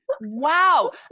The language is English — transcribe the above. Wow